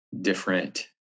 different